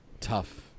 tough